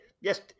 Yes